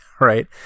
right